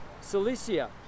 Cilicia